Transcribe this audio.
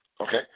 Okay